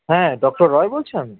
হ্যাঁ ডক্টর রয় বলছেন